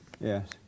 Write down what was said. Yes